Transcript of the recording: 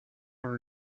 dans